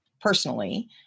personally